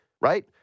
right